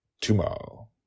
tomorrow